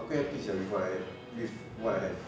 I quite happy sia with what I am with what I have